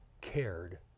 cared